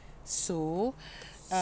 so uh